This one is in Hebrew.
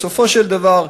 בסופו של דבר,